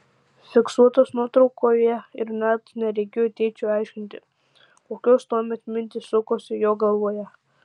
fiksuotas nuotraukoje ir net nereikėjo tėčiui aiškinti kokios tuomet mintys sukosi jo galvoje